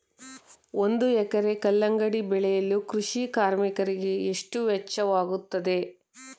ಒಂದು ಎಕರೆ ಕಲ್ಲಂಗಡಿ ಬೆಳೆಯಲು ಕೃಷಿ ಕಾರ್ಮಿಕರಿಗೆ ಎಷ್ಟು ವೆಚ್ಚವಾಗುತ್ತದೆ?